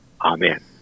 Amen